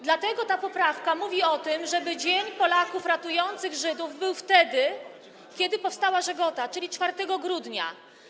Dlatego ta poprawka mówi o tym, żeby dzień Polaków ratujących Żydów był obchodzony wtedy, kiedy powstała Żegota, czyli 4 grudnia.